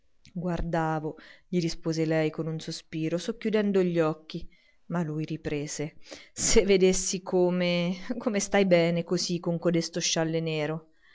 guardavo gli rispose lei con un sospiro socchiudendo gli occhi ma lui riprese se vedessi come come stai bene così con codesto scialle nero